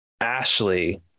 ashley